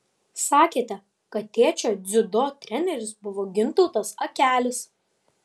sakėte kad tėčio dziudo treneris buvo gintautas akelis